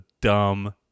dumb